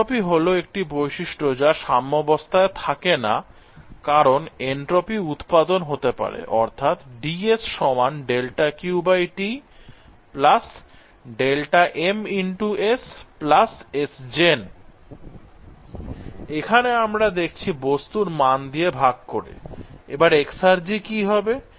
entropy হলো একটি বৈশিষ্ট্য যা সাম্যবস্থায় থাকেনা কারণ এনট্রপি উৎপাদন হতে পারে I অর্থাৎ এখানে আমরা দেখছি বস্তুর মান দিয়ে ভাগ করে I এবার এক্সার্জি কি হবে